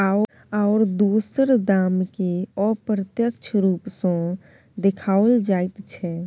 आओर दोसर दामकेँ अप्रत्यक्ष रूप सँ देखाओल जाइत छै